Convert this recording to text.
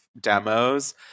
demos